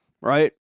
right